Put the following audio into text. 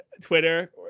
Twitter